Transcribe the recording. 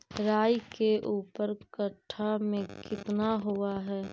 राई के ऊपर कट्ठा में कितना हुआ है?